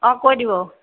অঁ কৈ দিব